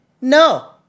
No